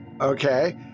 Okay